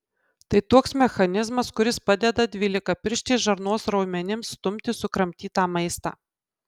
tai toks mechanizmas kuris padeda dvylikapirštės žarnos raumenims stumti sukramtytą maistą